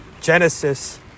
Genesis